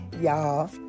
Y'all